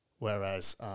Whereas